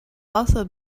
also